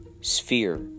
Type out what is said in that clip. Sphere